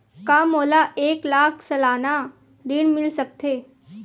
का मोला एक लाख सालाना ऋण मिल सकथे?